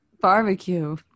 Barbecue